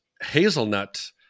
hazelnut